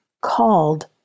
called